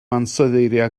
ansoddeiriau